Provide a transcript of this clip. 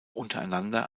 untereinander